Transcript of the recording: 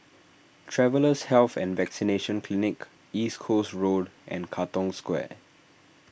Travellers' Health and Vaccination Clinic East Coast Road and Katong Square